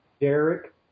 Derek